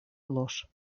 ложь